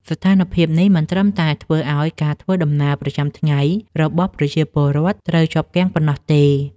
ស្ថានភាពនេះមិនត្រឹមតែធ្វើឱ្យការធ្វើដំណើរប្រចាំថ្ងៃរបស់ប្រជាពលរដ្ឋត្រូវជាប់គាំងប៉ុណ្ណោះទេ។